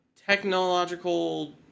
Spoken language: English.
technological